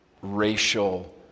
racial